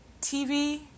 TV